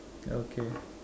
okay